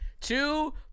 two